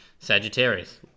Sagittarius